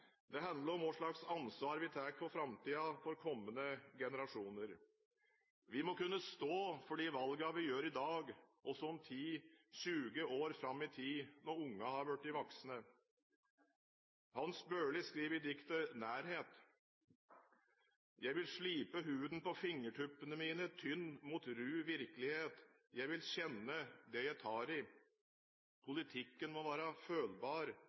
Det handler om hvilket ansvar vi tar for framtiden – for kommende generasjoner. Vi må kunne stå for de valgene vi gjør i dag, også om ti–tjue år fram i tid, når ungene har blitt voksne. Hans Børli skriver i diktet «Nærhet»: «Jeg vil slipe huden på fingertuppene mine tynn mot ru virkelighet, jeg vil kjenne det jeg tar i.» Politikken må være følbar